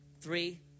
three